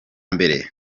mbere